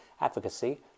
advocacy